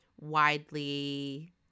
widely